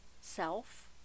self